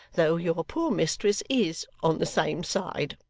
though your poor mistress is on the same side